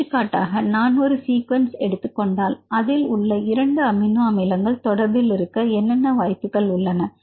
எடுத்துக்காட்டாக நான் ஒரு சீக்வென்ஸ் எடுத்துக் கொண்டால் அதில் உள்ள இரண்டு அமினோ அமிலங்கள் தொடர்பில் இருக்க என்னென்ன வாய்ப்புகள் உள்ளன